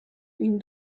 une